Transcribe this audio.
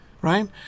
Right